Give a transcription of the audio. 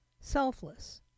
selfless